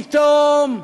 פתאום,